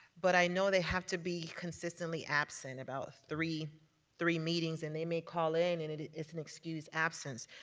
but i know they have to be consistently absent about three three meetings. and they may call in and it's an excused absence.